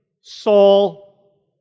Saul